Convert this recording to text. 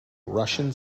russian